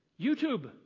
YouTube